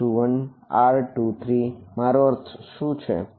r2 3 નો મારો અર્થ શું છે